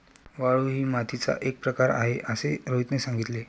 वाळू ही मातीचा एक प्रकारच आहे असे रोहितने सांगितले